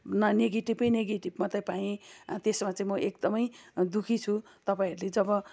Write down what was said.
नेगेटिभै negative मात्रै पाएँ त्यसमा चाहिँ म एकदमै दुःखी छु तपाईँहरूले जब